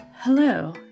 Hello